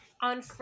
On